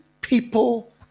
people